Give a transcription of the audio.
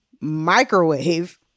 microwave